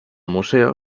museo